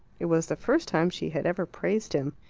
it was the first time she had ever praised him.